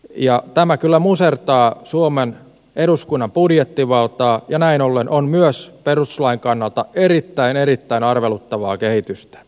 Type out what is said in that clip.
ja tämä kyllä musertaa suomen eduskunnan budjettivaltaa ja näin ollen on myös perustuslain kannalta erittäin erittäin arveluttavaa kehitystä